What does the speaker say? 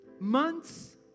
Months